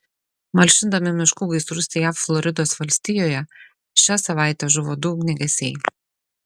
malšindami miškų gaisrus jav floridos valstijoje šią savaitę žuvo du ugniagesiai